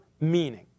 meaning